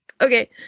okay